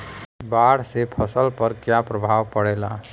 बाढ़ से फसल पर क्या प्रभाव पड़ेला?